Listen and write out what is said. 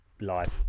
life